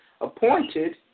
appointed